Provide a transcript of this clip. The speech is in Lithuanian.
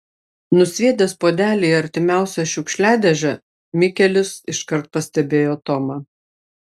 nusviedęs puodelį į artimiausią šiukšliadėžę mikelis iškart pastebėjo tomą